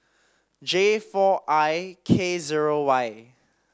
J four I K zero Y